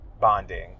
bonding